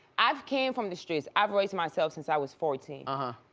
i've came from the streets. i've raised myself since i was fourteen. ah